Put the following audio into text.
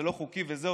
זה לא חוקי וזהו,